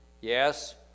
Yes